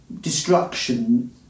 destruction